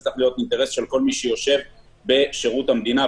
זה צריך להיות אינטרס כל של מי שיושב בשירות המדינה,